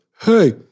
hey